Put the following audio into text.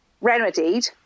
remedied